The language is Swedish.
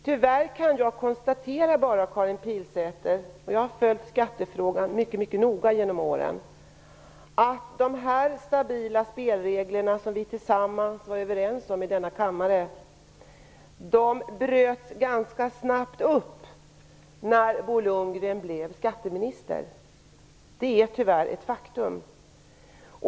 Tyvärr kan jag konstatera - jag har följt skattefrågan mycket noga genom åren - att de stabila spelregler som vi var överens om i denna kammare bröts ganska snabbt upp när Bo Lundgren blev skatteminister. Det är tyvärr ett faktum.